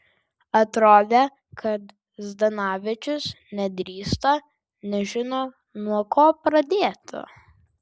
atrodė kad zdanavičius nedrįsta nežino nuo ko pradėti